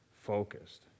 focused